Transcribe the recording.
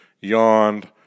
yawned